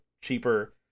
cheaper